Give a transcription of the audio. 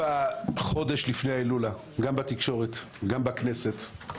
חודש לפני ההילולה גם בתקשורת וגם בכנסת,